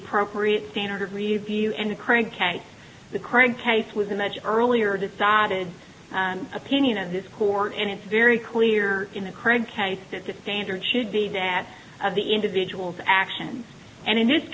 appropriate standard of review and craig the craig case was a much earlier decided opinion of this court and it's very clear in the current case that the standard should be that of the individual's actions and in this